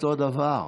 אותו דבר.